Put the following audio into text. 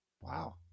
Wow